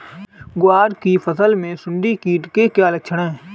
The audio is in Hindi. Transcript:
ग्वार की फसल में सुंडी कीट के क्या लक्षण है?